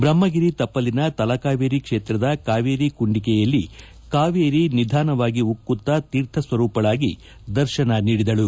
ಬ್ರಹ್ಮಗಿರಿ ತಪ್ಪಲಿನ ತಲಕಾವೇರಿ ಕ್ಷೇತ್ರದ ಕಾವೇರಿ ಕುಂಡಿಕೆಯಲ್ಲಿ ಕಾವೇರಿ ನಿಧಾನವಾಗಿ ಉಕ್ಕುತ್ತಾ ತೀರ್ಥಸ್ವರೂಪಳಾಗಿ ದರ್ಶನ ನೀಡಿದಳು